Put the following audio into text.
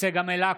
צגה מלקו,